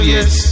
Yes